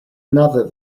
another